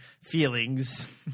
feelings